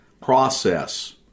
process